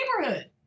neighborhood